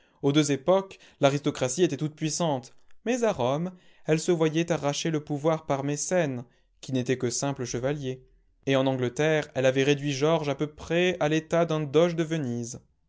aux deux époques l'aristocratie était toute-puissante mais à rome elle se voyait arracher le pouvoir par mécène qui n'était que simple chevalier et en angleterre elle avait réduit george à peu près à l'état d'un doge de venise